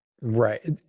Right